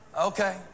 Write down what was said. Okay